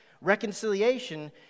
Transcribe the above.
Reconciliation